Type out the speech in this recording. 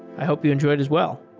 i hope you enjoy it as wel